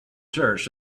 church